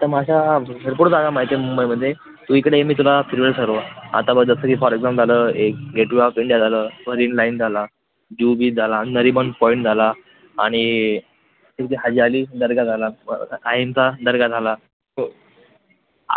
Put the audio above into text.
तर मर अशा भरपूर जागा माहिती आहे मुंबईमध्ये तू इकडे ये मी तुला फिरवेन सर्व आता बघ जसं की फॉर एक्जाम झालं एक गेटवे ऑफ इंडिया झालं मरीन लाईन झाला जुहू बीच झाला नरीमन पॉईंट झाला आणि तुझी हाजी आली दर्गा झाला माहीमचा दर्गा झाला प